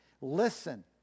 Listen